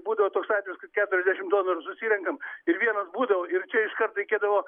būdavo toks atvejis kai keturiasdešimt donorų susirenkam ir vienas būdavau ir čia iškart reikėdavo